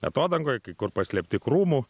atodangoj kai kur paslėpti krūmų